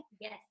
Yes